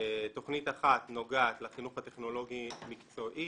תוכנית אחת נוגעת לחינוך הטכנולוגי-מקצועי